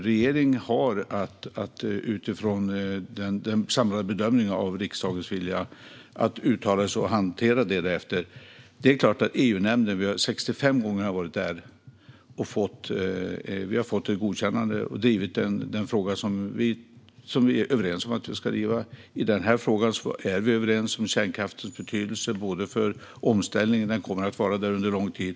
Regeringen har att utifrån den samlade bedömningen av riksdagens vilja uttala sig och hantera det därefter. Vi har 65 gånger varit i EU-nämnden, fått ett godkännande och drivit den fråga som vi är överens om att vi ska driva. I den här frågan är vi överens om kärnkraftens betydelse för omställningen. Den kommer att vara där under lång tid.